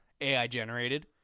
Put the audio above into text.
AI-generated